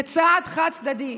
זה צעד חד-צדדי.